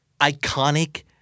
iconic